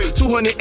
200